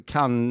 Kan